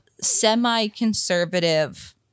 semi-conservative